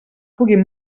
puguin